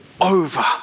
over